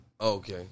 okay